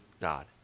God